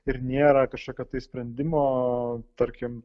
ir nėra kažkokio sprendimo tarkim